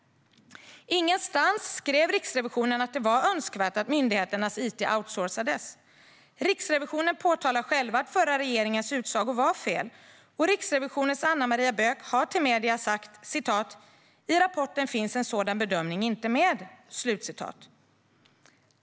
Ingenstans skrev Riksrevisionen att det var önskvärt att myndigheternas it-verksamhet outsourcades. Riksrevision påpekar själv att förra regeringens utsaga var fel. Riksrevisionens Anna Maria Böök har till media sagt: "I rapporten finns en sådan bedömning inte med."